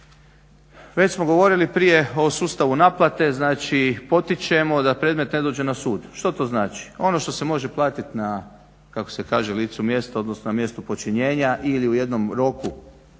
Već smo govorili prije o sustavu naplate, znači potičemo da predmet ne dođe na sud. Što to znači, ono što se može platit na kako se kaže licu mjesta, odnosno na mjestu počinjenja ili u jednom roku.